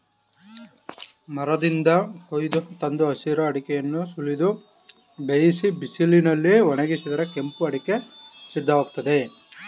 ಮರದಿಂದ ಕೊಯ್ದು ತಂದ ಹಸಿರು ಅಡಿಕೆಯನ್ನು ಸುಲಿದು ಬೇಯಿಸಿ ಬಿಸಿಲಲ್ಲಿ ಒಣಗಿಸಿದರೆ ಕೆಂಪು ಅಡಿಕೆ ಸಿದ್ಧವಾಗ್ತದೆ